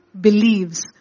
believes